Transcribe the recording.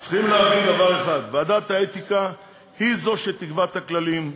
צריכים להבין דבר אחד: ועדת האתיקה היא שתקבע את הכללים,